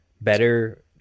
better